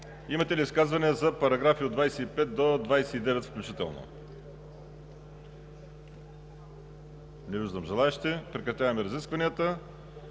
Имате ли изказвания за параграфи от 25 до 29 включително? Не виждам желаещи. Прекратявам разискванията.